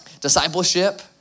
discipleship